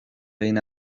egin